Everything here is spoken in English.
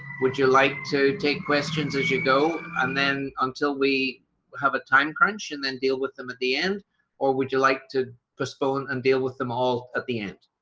would you like to take questions as you go, and then until we have a time crunch and then deal with them at the end or would you like to postpone and deal with them all at the end?